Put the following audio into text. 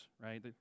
right